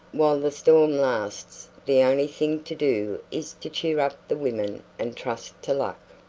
while the storm lasts the only thing to do is to cheer up the women and trust to luck.